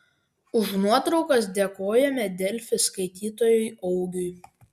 už nuotraukas dėkojame delfi skaitytojui augiui